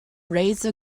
raise